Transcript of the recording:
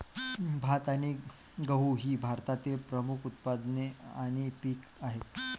भात आणि गहू ही भारतातील प्रमुख उत्पादने आणि पिके आहेत